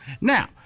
Now